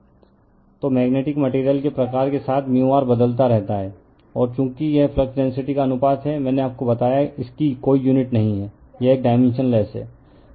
refer slide time 0720 तो magnetic material के प्रकार के साथ μr बदलता रहता है और चूंकि यह फ्लक्स डेंसिटी का अनुपात है मैंने आपको बताया इसकी कोई यूनिट नहीं है यह एक डायमेंशनलेस है